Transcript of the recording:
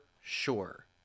sure